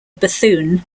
bethune